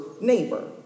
neighbor